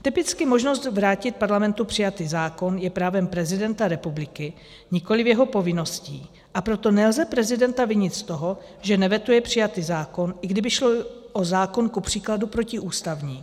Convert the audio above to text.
Typicky možnost vrátit Parlamentu přijatý zákon je právem prezidenta republiky, nikoliv jeho povinností, a proto nelze prezidenta vinit z toho, že nevetuje přijatý zákon, i kdyby šlo o zákon kupříkladu protiústavní.